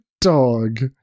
dog